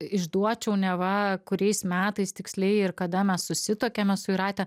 išduočiau neva kuriais metais tiksliai ir kada mes susituokėme su jūrate